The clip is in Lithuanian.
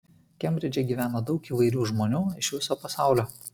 kembridže gyvena daug įvairių žmonių iš viso pasaulio